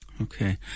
Okay